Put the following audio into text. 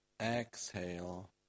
exhale